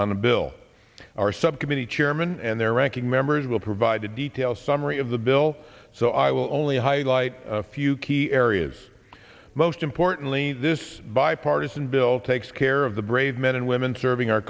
the bill our subcommittee chairman and their ranking members will provide a detailed summary of the bill so i will only highlight a few key areas most importantly this bipartisan bill takes care of the brave men and women serving our